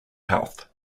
health